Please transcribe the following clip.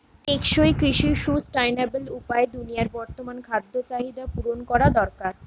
টেকসই কৃষি সুস্টাইনাবল উপায়ে দুনিয়ার বর্তমান খাদ্য চাহিদা পূরণ করা দরকার